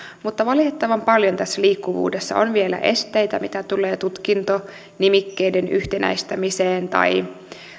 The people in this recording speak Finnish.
mutta valitettavan paljon tässä liikkuvuudessa on vielä esteitä mitä tulee tutkintonimikkeiden yhtenäistämiseen tai